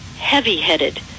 heavy-headed